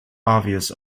obvious